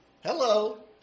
Hello